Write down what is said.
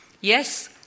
Yes